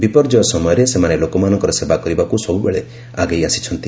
ବିପର୍ଯ୍ୟୟ ସମୟରେ ସେମାନେ ଲୋକମାନଙ୍କର ସେବା କରିବାକୁ ସବୁବେଳେ ଆଗେଇ ଆସିଛନ୍ତି